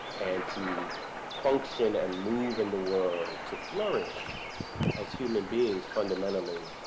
and to function and move in the world, to flourish as human beings, fundamentally